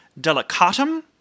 delicatum